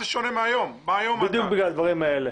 בדיוק בגלל הדברים האלה.